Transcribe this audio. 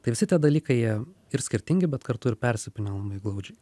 tai visi tie dalykai jie ir skirtingi bet kartu ir persipynę labai glaudžiai